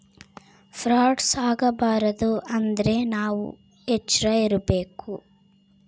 frauds ಆಗಬಾರದು ಅಂದ್ರೆ ನಾವ್ ಎಚ್ರ ಇರ್ಬೇಕು